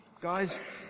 Guys